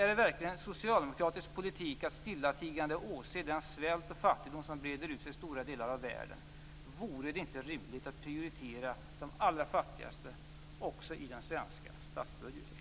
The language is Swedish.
Är det verkligen socialdemokratisk politik att stillatigande åse den svält och fattigdom som breder ut sig i stora delar av världen? Vore det inte rimligt att prioritera de allra fattigaste också i den svenska statsbudgeten?